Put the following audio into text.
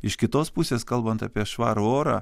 iš kitos pusės kalbant apie švarų orą